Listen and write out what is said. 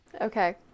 Okay